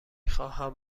خواهم